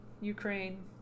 Ukraine